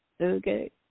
Okay